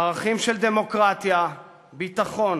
ערכים של דמוקרטיה, ביטחון,